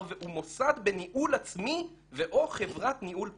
והוא מוסד בניהול עצמי ו/או חברת ניהול פרטית.